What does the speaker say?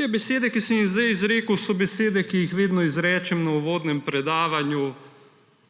Te besede, ki sem jih zdaj izrekel, so besede, ki jih vedno izrečem na uvodnem predavanju